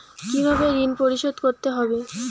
কিভাবে ঋণ পরিশোধ করতে হবে?